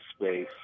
space